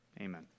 Amen